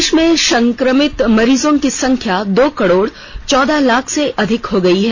देष में सक्रमित मरीजों की संख्या दो करोड़ चौदह लाख से अधिक हो गई है